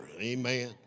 Amen